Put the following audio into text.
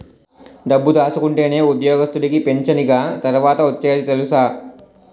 డబ్బు దాసుకుంటేనే ఉద్యోగస్తుడికి పింఛనిగ తర్వాత ఒచ్చేది తెలుసా